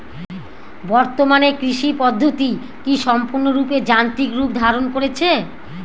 বর্তমানে কৃষি পদ্ধতি কি সম্পূর্ণরূপে যান্ত্রিক রূপ ধারণ করেছে?